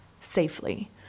safely